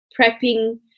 prepping